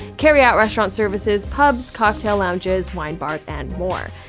carry-out restaurant services, pubs, cocktail lounges, wine bars, and more.